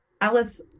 Alice